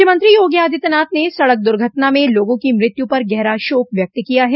मुख्यमंत्री योगी आदित्यनाथ ने सड़क द्र्घटना में लोगों की मृत्यु पर गहरा शोक व्यक्त किया है